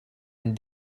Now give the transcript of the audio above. and